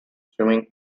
swimming